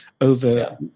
over